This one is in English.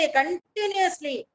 continuously